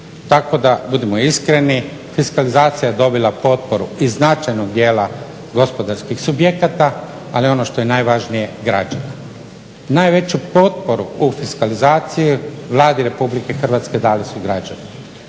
Tako da budimo iskreni, fiskalizacija je dobila potporu i značajnog dijela gospodarskih subjekata, ali ono što je najvažnije građana. Najveću potporu u fiskalizaciji Vladi Republike Hrvatske dali su građani.